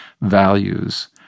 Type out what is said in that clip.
values